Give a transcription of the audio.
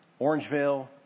Orangeville